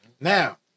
Now